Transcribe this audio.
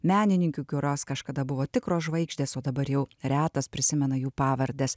menininkių kiurios kažkada buvo tikros žvaigždės o dabar jau retas prisimena jų pavardes